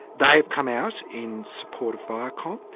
they have come out in support of viacom,